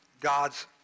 God's